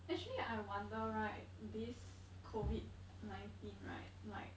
actually I wonder right this COVID nineteen right like